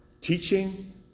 teaching